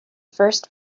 first